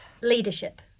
Leadership